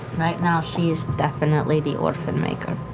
right now, she is definitely the orphan maker.